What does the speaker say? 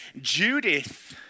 Judith